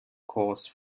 course